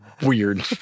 weird